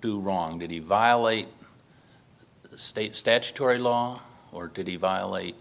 do wrong did he violate state statutory law or did he violate